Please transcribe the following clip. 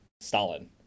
Stalin